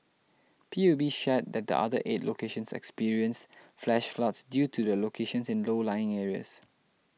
P U B shared that the other eight locations experienced flash floods due to their locations in low lying areas